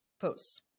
posts